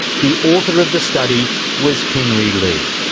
the author of the study was henry lee.